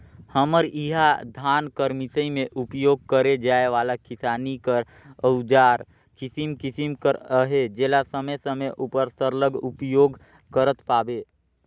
हमर इहा धान कर मिसई मे उपियोग करे जाए वाला किसानी कर अउजार किसिम किसिम कर अहे जेला समे समे उपर सरलग उपियोग करत पाबे